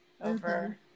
over